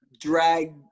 drag